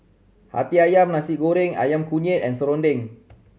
Hati Ayam Nasi Goreng Ayam Kunyit and serunding